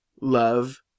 love